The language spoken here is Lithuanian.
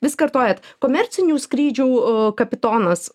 vis kartojat komercinių skrydžių a kapitonas